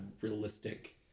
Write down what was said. realistic